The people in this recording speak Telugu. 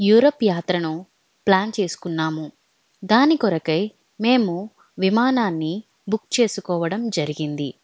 యూరప్ యాత్రను ప్లాన్ చేసుకున్నాము దాని కొరకై మేము విమానాన్ని బుక్ చేసుకోవడం జరిగింది